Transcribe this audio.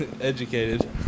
Educated